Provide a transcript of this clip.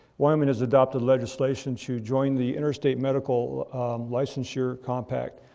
wyoming has adopted legislation to join the interstate medical licensure compact.